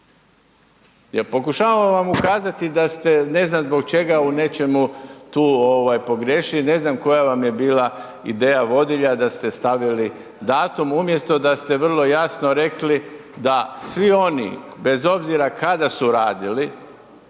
pokušavam vam ukazati da ste, ne znam zbog čega u nečemu tu pogriješili, ne znam koja vam je bila ideja vodilja da ste stavili datum umjesto da ste vrlo jasno rekli da svi oni, bez obzira kada su radili,